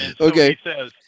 Okay